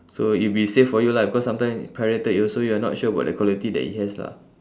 so it'll be safe for you lah because sometime pirated you also you're not sure about the quality that it has lah